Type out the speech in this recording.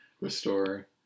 restore